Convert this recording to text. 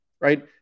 right